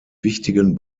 wichtigen